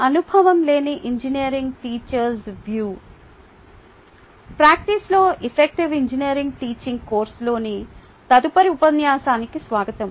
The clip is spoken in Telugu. అనుభవం లేని ఇంజనీరింగ్ టీచర్స్ వ్యూ ప్రాక్టీస్లో ఎఫెక్టివ్ ఇంజనీరింగ్ "టీచింగ్" కోర్సులోని తదుపరి ఉపన్యాసానికి స్వాగతం